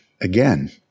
again